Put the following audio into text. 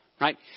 Right